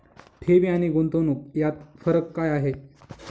ठेवी आणि गुंतवणूक यात फरक काय आहे?